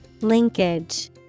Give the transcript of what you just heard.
Linkage